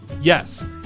Yes